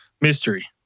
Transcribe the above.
mystery